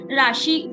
rashi